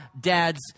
dad's